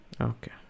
Okay